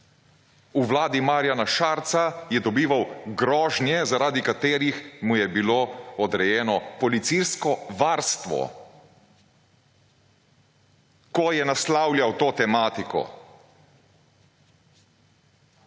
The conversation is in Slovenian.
v Vladi Marjana Šarca je dobival grožnje, zaradi katerih mu je bilo odrejeno policijsko varstvo, ko je naslavljal to tematiko.